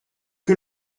que